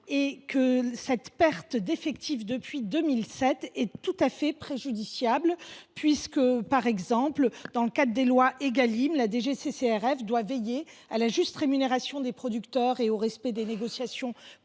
et que cette perte d’effectifs constatée depuis 2007 est tout à fait préjudiciable. Par exemple, dans le cadre des lois Égalim, la DGCCRF doit veiller à la juste rémunération des producteurs et au respect des modalités fixées